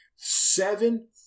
seven